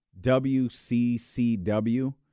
WCCW